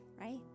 right